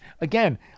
again—